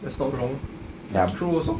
that's not wrong it's true also